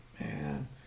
man